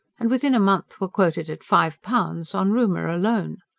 and within a month were quoted at five pounds on rumour alone.